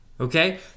Okay